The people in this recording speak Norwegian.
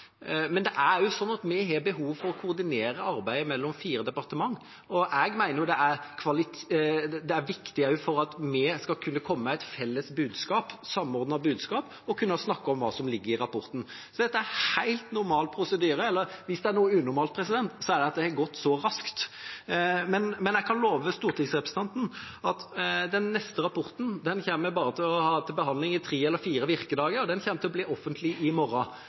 Men det er også slik at vi har behov for å koordinere arbeidet mellom fire departementer. Jeg mener jo det er viktig også for at vi skal kunne komme med et felles, samordnet budskap, å kunne snakke om hva som ligger i rapporten. Så dette er helt normal prosedyre. Hvis det er noe unormalt, så er det at det har gått så raskt. Men jeg kan love stortingsrepresentanten at den neste rapporten kommer vi bare til å ha til behandling i tre eller fire virkedager; den kommer til å bli offentliggjort i morgen.